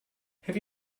have